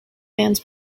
bands